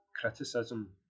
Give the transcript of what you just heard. criticism